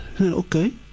Okay